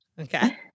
Okay